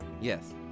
Yes